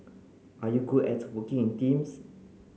are you good at working in teams